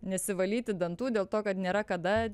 nesivalyti dantų dėl to kad nėra kada